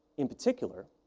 in particular,